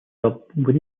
dubbed